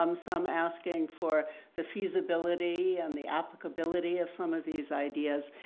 um some asking for the feasibility and the applicability of some of these ideas,